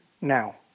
now